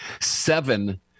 seven